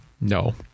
no